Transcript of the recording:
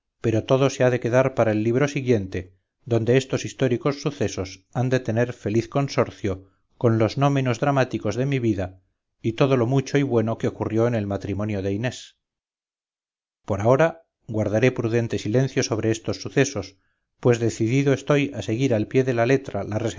pero todo se ha de quedar para el libro siguiente donde estos históricos sucesos han de tener feliz consorcio con los no menos dramáticos de mi vida y todo lo mucho y bueno que ocurrió en el matrimonio de inés por ahora guardaré prudente silencio sobre estos sucesos pues decidido estoy a seguir al pie de la letra